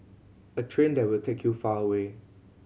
a train that will take you far away